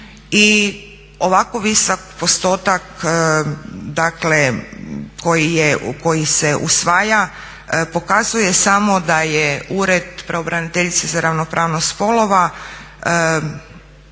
ovako visok postotak koji se usvaja pokazuje samo da je Ured pravobraniteljice za ravnopravnost spolova